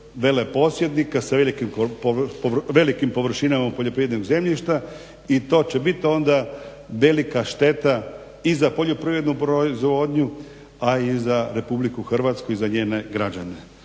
veleposjednika sa velikim površinama poljoprivrednog zemljišta i to će bit onda velika šteta i za poljoprivrednu proizvodnju, a i za RH i za njene građane.